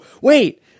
wait